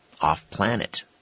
off-planet